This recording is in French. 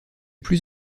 plus